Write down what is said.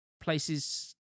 places